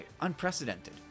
unprecedented